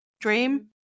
dream